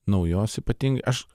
naujos ypatingai aš